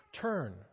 Turn